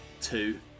two